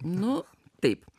nu taip